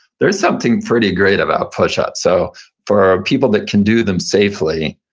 there is something pretty great about push-ups. so for people that can do them safely,